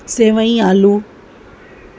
सेवईं आलू